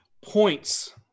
points